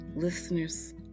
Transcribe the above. Listeners